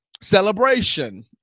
Celebration